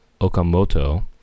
Okamoto